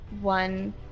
one